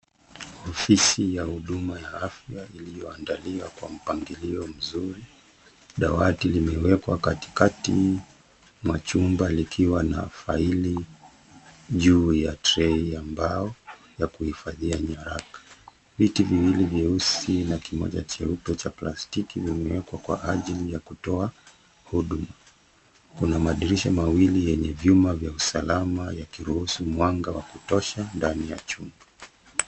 Ofisi ya huduma ya afya iliyo andaliwa kwa mpangilio mzuri, dawati limewekwa katikati mwa chumba likiwa na faili juu ya trei ambao ya kuhifadhia nyaraka. Viti viwili vyeusi na kimoja cheupe cha plastiki vime wekwa kwa ajili ya kutoa huduma. Kuna madirisha mawili yenye vyuma vya usalama yaki ruhusu mwanga wa kutosha ndani ya chumba.